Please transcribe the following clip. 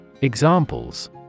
Examples